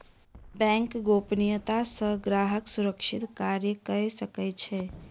bank गोपनियता सॅ ग्राहक सुरक्षित कार्य कअ सकै छै